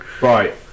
Right